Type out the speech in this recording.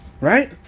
Right